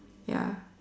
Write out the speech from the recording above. ya